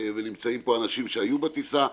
ונמצאים פה אנשים שהיו בטיסה.